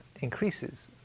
increases